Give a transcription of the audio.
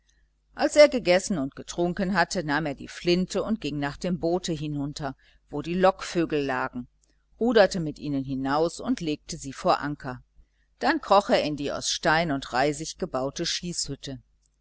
als er gegessen und getrunken hatte nahm er die flinte und ging nach dem boote hinunter wo die lockvögel lagen ruderte mit ihnen hinaus und legte sie vor anker dann kroch er in die aus stein und reisig gebaute schießhütte